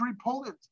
Poland